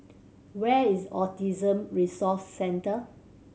where is Autism Resource Centre